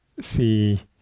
see